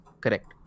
correct